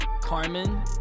Carmen